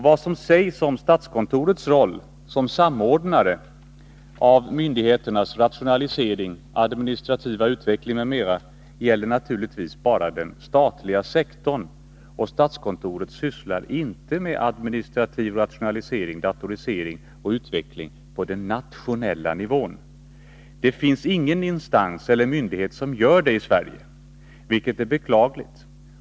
Vad som sägs om statskontorets roll som samordnare av myndigheternas rationalisering, administrativa utveckling m.m. gäller naturligtvis bara den statliga sektorn. Statskontoret sysslar inte med administrativ rationalisering, datorisering och utveckling på nationell nivå. Det finns ingen instans eller myndighet som gör det i Sverige, vilket är beklagligt.